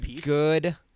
good